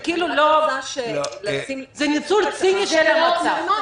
זה ניצול ציני של המצב.